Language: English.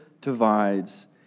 divides